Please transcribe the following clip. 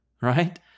right